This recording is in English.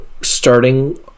starting